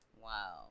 Wow